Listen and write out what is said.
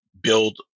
build